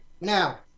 Now